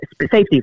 safety